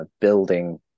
building